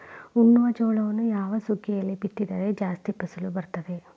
ಉಣ್ಣುವ ಜೋಳವನ್ನು ಯಾವ ಸುಗ್ಗಿಯಲ್ಲಿ ಬಿತ್ತಿದರೆ ಜಾಸ್ತಿ ಫಸಲು ಬರುತ್ತದೆ?